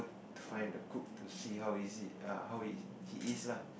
to find the cook to see how is it ah how he he is lah